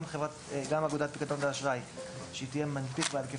גם אגודת פיקדון ואשראי שתהיה מנפיק בעל היקף